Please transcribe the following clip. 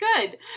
good